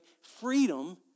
freedom